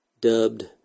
dubbed